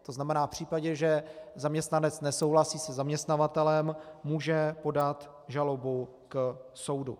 V případě, že zaměstnanec nesouhlasí se zaměstnavatelem, může podat žalobu k soudu.